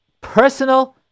personal